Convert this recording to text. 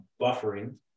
buffering